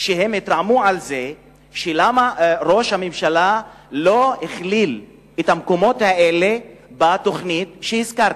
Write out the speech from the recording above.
שהם התרעמו למה ראש הממשלה לא הכליל את המקומות האלה בתוכנית שהזכרת,